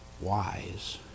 wise